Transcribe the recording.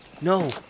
No